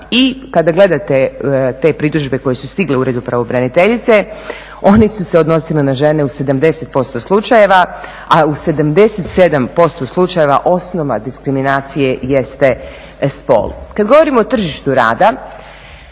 I kada gledate te pritužbe koje su stigle uredu pravobraniteljice one su se odnosile na žene u 70Ž5 slučajeva, a u 77% slučajeva osnova diskriminacije jeste spol. Kad govorimo o tržištu rada,